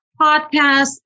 podcast